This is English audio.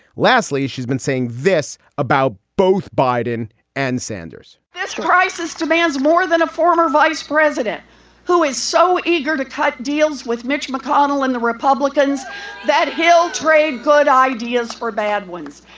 lastly, she's been saying this about both biden and sanders this crisis demands more than a former vice president who is so eager to cut deals with mitch mcconnell and the republicans that he'll trade good ideas for bad ones.